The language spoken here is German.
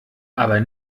aber